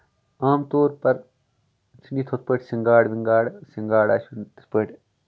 عام طور پَر چھُنہٕ ییٚتۍ ہُتھ پٲٹھی سِنگاڑ وِنگاڑ سِنگاڑا چھُنہٕ تِتھ پٲٹھۍ